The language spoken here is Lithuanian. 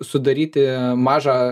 sudaryti mažą